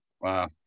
Wow